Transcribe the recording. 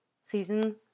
season